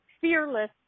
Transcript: fearless